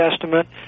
Testament